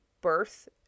birth